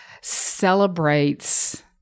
celebrates